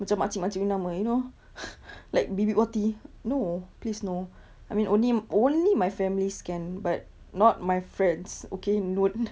macam makcik-makcik punya nama you know like bibik wati no please no I mean only only my families can but not my friends okay not